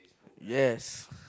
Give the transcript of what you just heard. yes